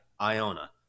Iona